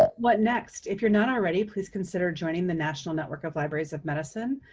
what next? if you're not already, please consider joining the national network of libraries of medicine.